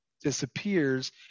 disappears